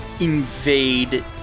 invade